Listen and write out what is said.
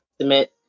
submit